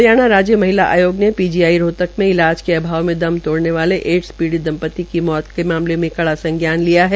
हरियाणा राज्य महिला आयोग ने पीजीआई रोहतक में इलाज के अभाव में दम तोडने वाले एड्स पीडि़त दंपत्ति की मौत के मामले का कड़ा संज्ञान लिया है